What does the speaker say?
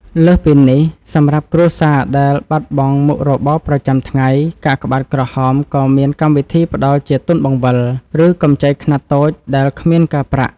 លើសពីនេះ សម្រាប់គ្រួសារដែលបាត់បង់មុខរបរប្រចាំថ្ងៃ កាកបាទក្រហមក៏មានកម្មវិធីផ្ដល់ជាទុនបង្វិល ឬកម្ចីខ្នាតតូចដែលគ្មានការប្រាក់។